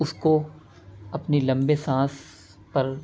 اس کو اپنی لمبے سانس پر